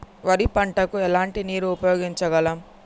వరి పంట కు ఎలాంటి నీరు ఉపయోగించగలం?